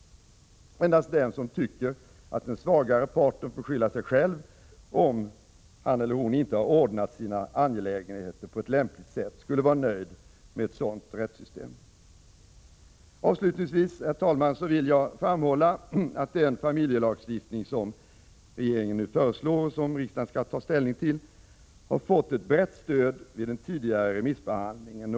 Endast den som tycker att den svagare parten får skylla sig själv om denne inte har ordnat sina angelägenheter på ett lämpligt sätt skulle vara nöjd med ett sådant rättssystem. Avslutningsvis, herr talman, vill jag framhålla att den nya familjelagstiftning som regeringen nu föreslår, och som riksdagen skall ta ställning till, har fått ett brett stöd vid den tidigare remissbehandlingen.